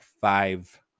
five